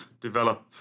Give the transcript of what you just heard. develop